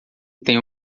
tenho